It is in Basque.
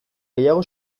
gehiago